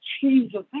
Jesus